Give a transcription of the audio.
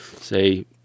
say